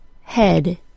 head